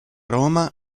roma